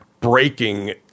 breaking